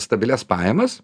stabilias pajamas